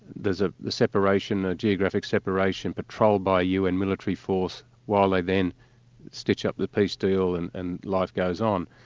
there's ah a separation, a geographic separation, patrolled by un military force while they then stitch up the peace deal and and life goes on.